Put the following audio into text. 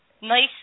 nice